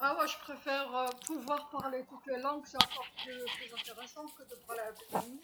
آواه، أنا أفضل أن أكون قادرا على التحدث بجميع اللغات، إنه أكثر إثارة للإهتمام من التحدث مع الحيوانات.